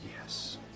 Yes